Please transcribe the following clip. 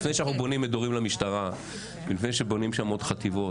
עוד לפני שאנחנו בונים מדורים למשטרה ולפני שבונים שם עוד חטיבות,